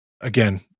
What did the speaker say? again